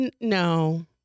No